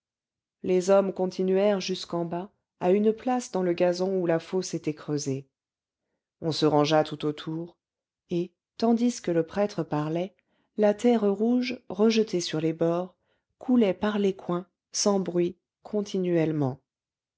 les hommes continuèrent jusqu'en bas à une place dans le gazon où la fosse était creusée on se rangea tout autour et tandis que le prêtre parlait la terre rouge rejetée sur les bords coulait par les coins sans bruit continuellement